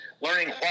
learning